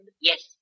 Yes